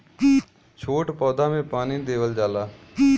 छोट पौधा में पानी देवल जाला